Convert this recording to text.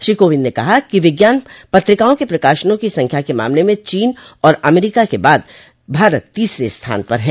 श्री कोविंद ने कहा कि विज्ञान पत्रिकाओं के प्रकाशनों की संख्या के मामले में चीन और अमरीका के बाद भारत तीसरे स्थान पर है